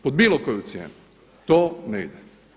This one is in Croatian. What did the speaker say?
Pod bilo koju cijenu, to ne ide.